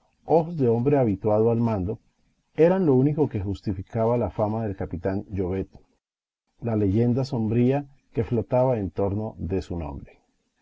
de hombre habituado al mando eran lo único que justificaba la fama del capitán llovet la leyenda sombría que flotaba en torno de su nombre